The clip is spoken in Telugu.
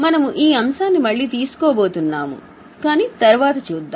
మనము ఈ అంశాన్ని మళ్ళీ తీసుకోబోతున్నాము కాని తరువాత చూద్దాం